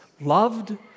Loved